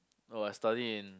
oh I study in